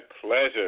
pleasure